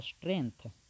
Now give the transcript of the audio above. strength